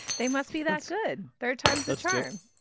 they must be that's good. third time's the charm.